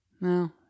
No